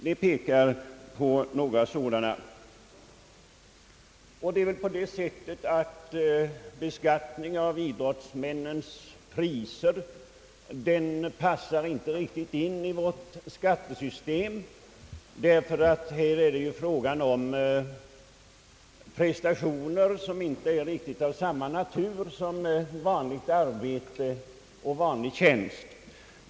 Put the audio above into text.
De pekar på några sådana. Det är väl på det sättet, att beskattningen av idrottsmännens priser inte riktigt passar in i vårt skattesystem, ty här är det fråga om prestationer som inte är av samma natur som vanligt arbete och vanlig tjänst.